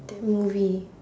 that movie